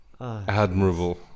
Admirable